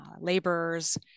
laborers